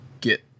get